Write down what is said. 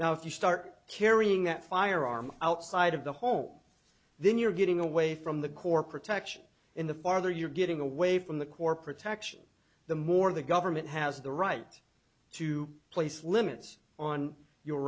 if you start carrying that firearm outside of the home then you're getting away from the core protection in the farther you're getting away from the core protection the more the government has the right to place limits on you